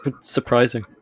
Surprising